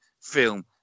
film